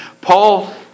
Paul